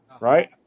Right